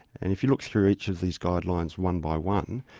and if you look through each of these guidelines one by one,